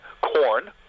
corn